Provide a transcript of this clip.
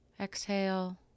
Exhale